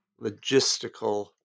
logistical